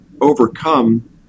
overcome